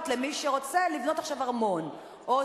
למי שרוצה לבנות עכשיו ארמון ארמון?